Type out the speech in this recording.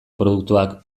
produktuak